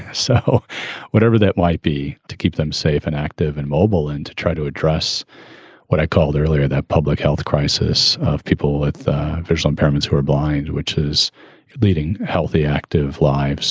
ah so whatever that might be, to keep them safe and active and mobile and to try to address what i called earlier, that public health crisis of people with visual impairments who are blind, which is leading healthy, active lives